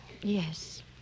Yes